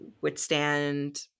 withstand